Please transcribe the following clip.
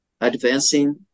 advancing